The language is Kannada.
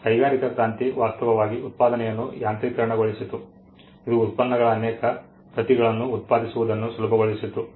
ಕೈಗಾರಿಕಾ ಕ್ರಾಂತಿ ವಾಸ್ತವವಾಗಿ ಉತ್ಪಾದನೆಯನ್ನು ಯಾಂತ್ರಿಕರಣಗೊಳಿಸಿತು ಇದು ಉತ್ಪನ್ನಗಳ ಅನೇಕ ಪ್ರತಿಗಳನ್ನು ಉತ್ಪಾದಿಸುವುದನ್ನು ಸುಲಭಗೊಳಿಸಿತು